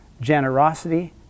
generosity